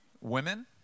Women